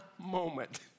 moment